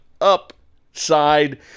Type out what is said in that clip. upside